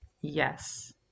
Yes